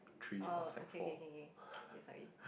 oh okay K K K okay sorry